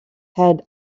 had